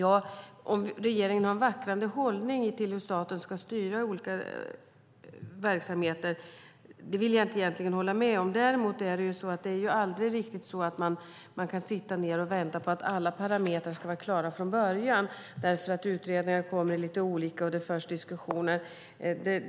Att regeringen har en vacklande hållning till hur staten ska styra olika verksamheter håller jag inte med om. Däremot kan man aldrig sitta ned och vänta sig att alla parametrar ska vara klara från början. Utredningar läggs fram vid olika tillfällen, och det förs diskussioner.